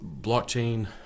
Blockchain